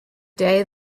day